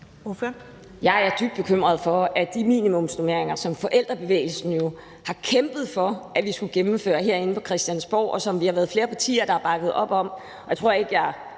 Jeg er dybt bekymret for de minimumsnormeringer, som forældrebevægelsen jo har kæmpet for at vi skulle gennemføre herinde på Christiansborg, og som vi har været flere partier der har bakket op om.